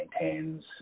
maintains